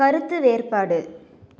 கருத்து வேறுபாடு